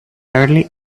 early